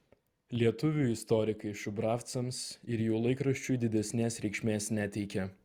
lietuvių istorikai šubravcams ir jų laikraščiui didesnės reikšmės neteikia